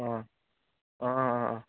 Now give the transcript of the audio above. অঁ অঁ অঁ অঁ অঁ